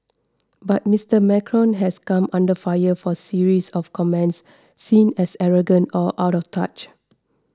but Mister Macron has come under fire for series of comments seen as arrogant or out of touch